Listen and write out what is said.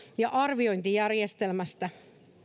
ja arviointijärjestelmästä